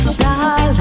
darling